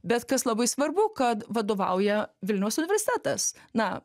bet kas labai svarbu kad vadovauja vilniaus universitetas na